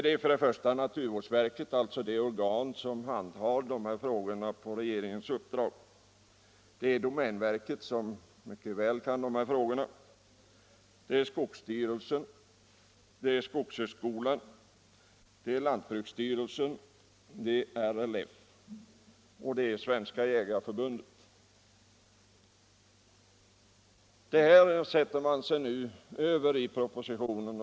Det är naturvårdsverket — alltså det organ som handhar dessa frågor på regeringens uppdrag -, domänverket, där man kan dessa frågor mycket bra, skogsstyrelsen, Skogshögskolan, lantbruksstyrelsen, RLF och Svenska jägareförbundet. Men det sätter man sig över och viftar bort i propositionen.